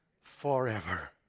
forever